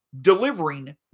delivering